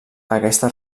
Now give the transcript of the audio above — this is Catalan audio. aquesta